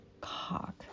cock